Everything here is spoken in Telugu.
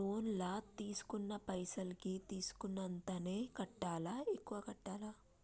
లోన్ లా తీస్కున్న పైసల్ కి తీస్కున్నంతనే కట్టాలా? ఎక్కువ కట్టాలా?